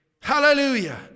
Hallelujah